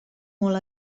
molt